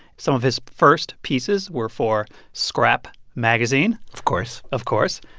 some of his first pieces were for scrap magazine of course of course.